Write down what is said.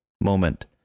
...moment